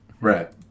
right